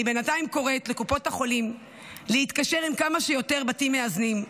אני בינתיים קוראת לקופות החולים להתקשר עם כמה שיותר בתים מאזנים,